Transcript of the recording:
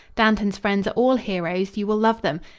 dantan's friends are all heroes. you will love them.